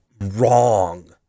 wrong